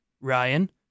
Ryan